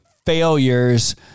failures